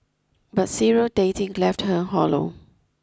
but serial dating left her hollow